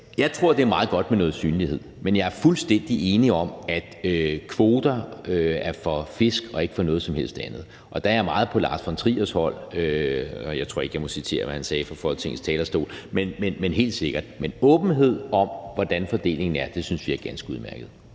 Jeg tror, at det er meget godt med noget synlighed, men jeg er fuldstændig enig i, at kvoter er for fisk og ikke noget som helst andet. Der er jeg meget på Lars von Triers hold, men jeg tror ikke, at jeg må citere fra Folketingets talerstol, hvad han sagde. Men åbenhed om, hvordan fordelingen er, synes vi er ganske udmærket.